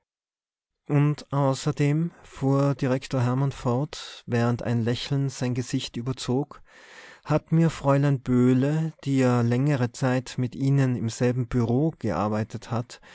und außerdem fuhr direktor hermann fort während ein lächeln sein gesicht überzog hat mir fräulein böhle die ja längere zeit mit ihnen im selben bureau gearbeitet hat